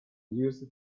used